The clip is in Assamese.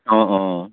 অঁ অঁ